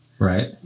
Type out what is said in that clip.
Right